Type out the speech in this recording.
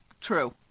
True